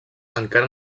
encara